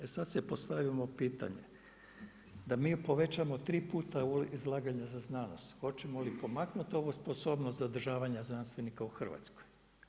E sad si postavimo pitanje da mi povećamo tri puta ulaganja za znanost hoćemo li pomaknuti ovu sposobnost zadržavanja znanstvenika u Hrvatskoj?